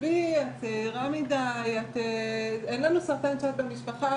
זאת אומרת שזה הבחירה הכי טובה שעשיתי בחיי,